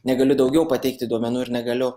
negaliu daugiau pateikti duomenų ir negaliu